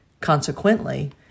Consequently